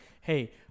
hey